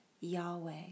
Yahweh